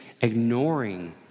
ignoring